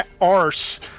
arse